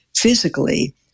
physically